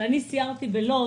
אבל סיירתי בלוד